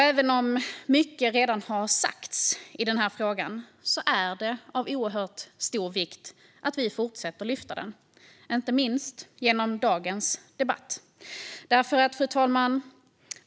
Även om mycket redan har sagts i frågan är det av oerhört stor vikt att vi fortsätter att lyfta den, inte minst genom dagens debatt.